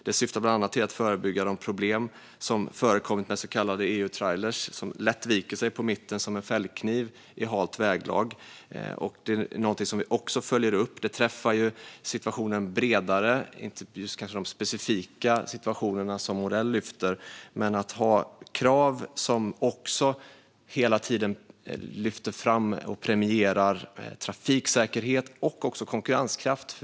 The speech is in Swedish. Det syftar bland annat till att förebygga de problem som förekommit med så kallade EU-trailrar, som i halt väglag lätt viker sig på mitten som en fällkniv. Det är någonting som vi också följer upp. Detta träffar ju situationen bredare och kanske inte just de specifika fall som Morell lyfter fram. Det handlar om att ha krav som hela tiden lyfter fram och premierar trafiksäkerhet och konkurrenskraft.